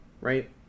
right